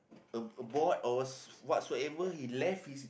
a a board or whatsoever he left his